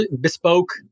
bespoke